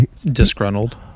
disgruntled